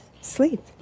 sleep